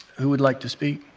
who would like to speak?